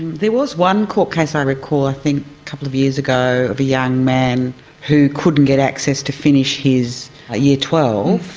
there was one court case i recall i think a couple of years ago of a young man who couldn't get access to finish his year twelve,